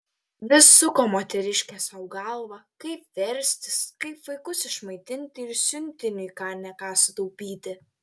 vis suko moteriškė sau galvą kaip verstis kaip vaikus išmaitinti ir siuntiniui ką ne ką sutaupyti